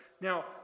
Now